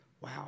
wow